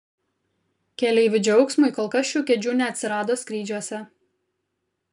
keleivių džiaugsmui kol kas šių kėdžių neatsirado skrydžiuose